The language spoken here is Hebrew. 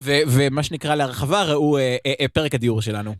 ומה שנקרא להרחבה ראו פרק הדיור שלנו.